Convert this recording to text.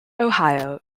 ohio